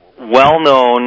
well-known